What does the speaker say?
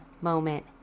moment